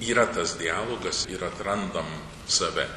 yra tas dialogas ir atrandam save